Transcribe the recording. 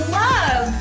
love